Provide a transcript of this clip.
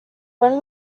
when